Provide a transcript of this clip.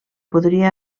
podria